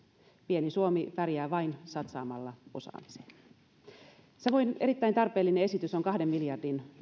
pieni suomi pärjää vain satsaamalla osaamiseen samoin erittäin tarpeellinen esitys on kahden miljardin